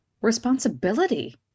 responsibility